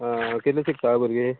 आं कितलें शिकता भुरगें